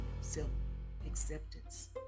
self-acceptance